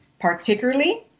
particularly